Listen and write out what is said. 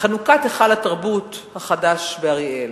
חנוכת היכל התרבות החדש באריאל,